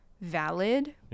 valid